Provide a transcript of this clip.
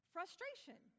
Frustration